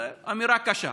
זו אמירה קשה.